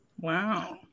Wow